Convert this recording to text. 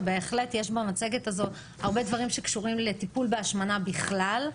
ובהחלט יש במצגת הזאת הרבה דברים שקשורים לטיפול בהשמנה בכלל.